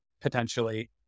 potentially